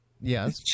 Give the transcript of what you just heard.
yes